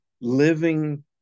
living